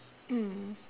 mm